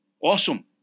awesome